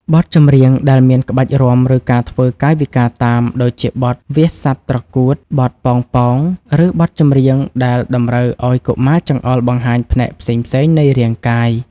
បទចម្រៀងដែលមានក្បាច់រាំ ឬការធ្វើកាយវិការតាម ដូចជាបទ វាសសត្វត្រកួត បទ ប៉ោងៗ ឬបទចម្រៀងដែលតម្រូវឱ្យកុមារចង្អុលបង្ហាញផ្នែកផ្សេងៗនៃរាងកាយ